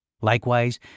Likewise